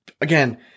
Again